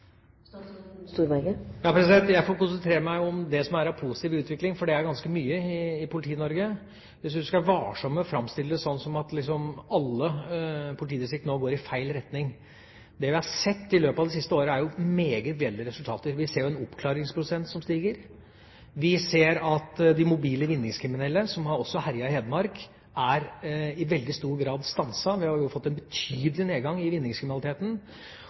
Jeg får konsentrere meg om det som er av positiv utvikling, for det er det ganske mye av i Politi-Norge. Jeg syns vi skal være varsomme med å framstille det som om alle politidistrikt nå går i feil retning. Vi har i løpet av det siste året sett meget gledelige resultater. Vi ser en oppklaringsprosent som stiger, vi ser at de mobile vinningskriminelle, som har også herjet i Hedmark, i veldig stor grad er stanset. Vi har fått en betydelig nedgang i vinningskriminaliteten.